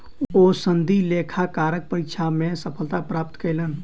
ओ सनदी लेखाकारक परीक्षा मे सफलता प्राप्त कयलैन